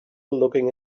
looking